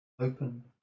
Open